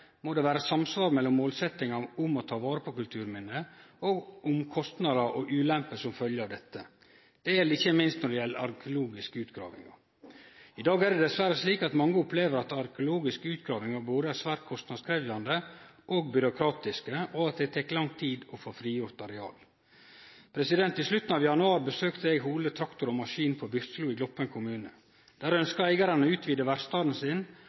må det vere samsvar mellom målsettinga om å ta vare på kulturminne og kostnader og ulemper som følgjer av dette. Dette gjeld ikkje minst for arkeologiske utgravingar. I dag er det dessverre slik at mange opplever at arkeologiske utgravingar er svært kostnadskrevjande og byråkratiske, og at det tek lang tid å få frigjort areal. I slutten av januar besøkte eg Hole Traktor & Maskin på Byrkjelo i Gloppen kommune. Der ønskte eigaren å utvide verkstaden sin,